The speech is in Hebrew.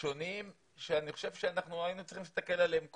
שונים שאני חושב שהיינו צריכים להסתכל עליהם קודם.